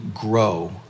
grow